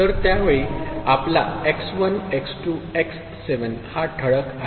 तर त्यावेळी आपला x1 x2 x7 हा ठळक आहे